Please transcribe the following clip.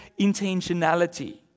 intentionality